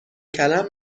کلم